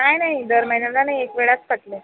नाही नाही दर महिन्याला नाही एक वेळच कटले